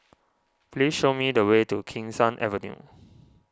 please show me the way to Keen Sun Avenue